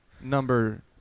number